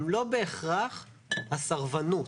הן לא בהכרח הסרבנות.